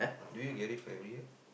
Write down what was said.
do you get it for every year